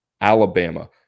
Alabama